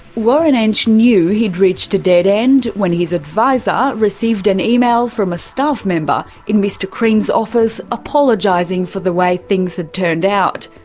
warren entsch knew he'd reached a dead end when his adviser received an email from a staff member in mr crean's office apologising for the way things had turned out.